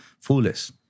foolish